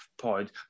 point